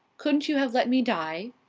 couldn't you have let me die?